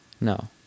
No